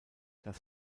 das